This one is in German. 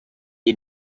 ihr